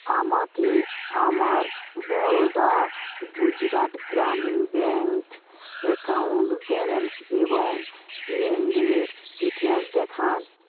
আমাকে আমার Baroda Gujarat Gramin bank account balance এবং লেনদেনের ইতিহাস দেখান